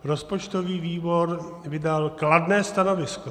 Rozpočtový výbor vydal kladné stanovisko.